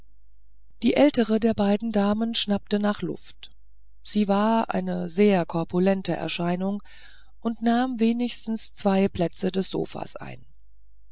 die ältere der beiden damen schnappte nach luft sie war eine sehr korpulente erscheinung und nahm wenigstens zwei plätze des sofas ein